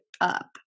up